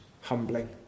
humbling